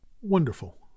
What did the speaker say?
Wonderful